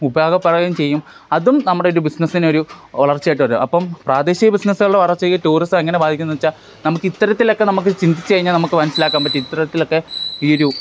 ഉപകാരപ്പെടുകയും ചെയ്യും അതും നമ്മുടെ ഒരു ബിസിനെസ്സിന് ഒരു വളർച്ചയായിട്ട് വരും അപ്പം പ്രാദേശിക ബിസിനസ്സുകളെ വളർച്ചയെ ടൂറിസം എങ്ങനെ ബാധിക്കുന്നു എന്നു വച്ചാൽ നമുക്ക് ഇത്തരത്തിലൊക്കെ നമുക്ക് ചിന്തിച്ചു കഴിഞ്ഞാൽ നമുക്ക് മനസ്സിലാക്കാൻ പറ്റും ഇത്തരത്തിലൊക്കെ ഈ